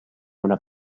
una